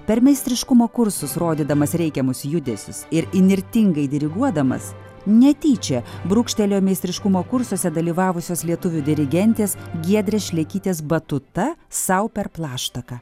per meistriškumo kursus rodydamas reikiamus judesius ir įnirtingai diriguodamas netyčia brūkštelėjo meistriškumo kursuose dalyvavusios lietuvių dirigentės giedrės šlekytės batuta sau per plaštaką